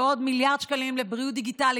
ועוד מיליארד שקלים לבריאות דיגיטלית.